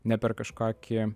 ne per kažkokį